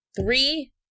three